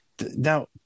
Now